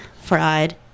fried